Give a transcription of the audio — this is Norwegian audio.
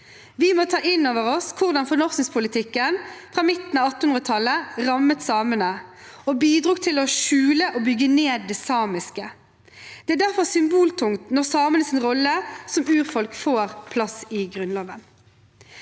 Vi må ta inn over oss hvordan fornorskningspolitikken fra midten av 1800-tallet rammet samene og bidro til å skjule og bygge ned det samiske. Det er derfor symboltungt når samenes rolle som urfolk får plass i Grunnloven.